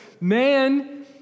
Man